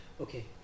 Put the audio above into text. Okay